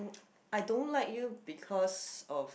I don't like you because of